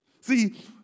See